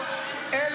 ממשלה עם תומכי טרור.